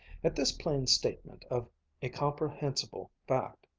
at this plain statement of a comprehensible fact,